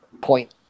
point